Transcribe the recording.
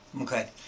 Okay